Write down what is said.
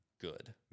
good